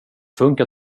funkar